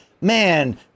man